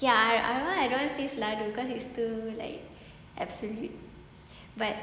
okay ah I don't want to say selalu cause it's too like absolute but